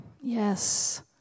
Yes